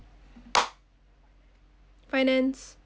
finance